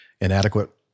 Inadequate